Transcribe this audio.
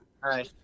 Hi